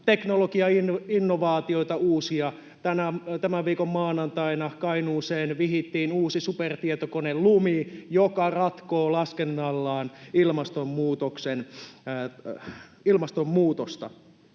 teknologiainnovaatioita: tämän viikon maanantaina Kainuuseen vihittiin uusi supertietokone Lumi, joka ratkoo laskennallaan ilmastonmuutosta.